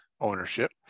ownership